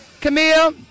Camille